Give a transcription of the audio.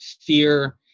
fear